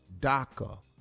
DACA